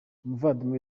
umuvandimwe